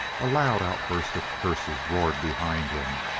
a loud outburst of curses roared behind him,